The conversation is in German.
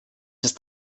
ist